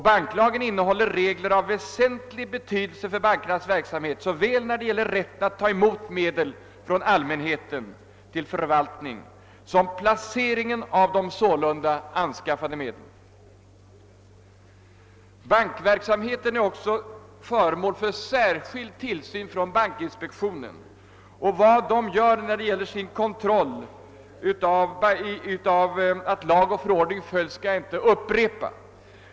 Banklagen innehåller regler av väsentlig betydelse för bankernas verksamhet när det gäller såväl rätten att ta emot medel från allmänheten till förvaltning som placeringen av de sålunda anskaffade medlen. Bankverksamheten är också föremål för särskild tillsyn av bankinspektionen. Vad denna gör i fråga om kontroll av att lag och förordning följs skall jag inte gå in på.